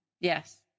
Yes